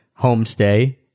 homestay